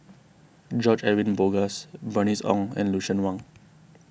George Edwin Bogaars Bernice Ong and Lucien Wang